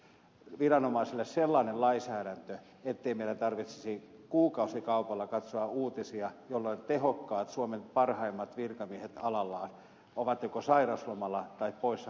tarvitsemme viranomaisille sellaisen lainsäädännön ettei meidän tarvitsisi kuukausikaupalla katsoa uutisia kuinka tehokkaat suomen parhaimmat virkamiehet alallaan ovat joko sairauslomalla tai poissa pelistä